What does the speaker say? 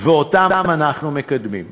ואנחנו מקדמים אותם.